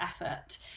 effort